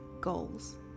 goals